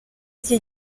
iki